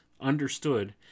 understood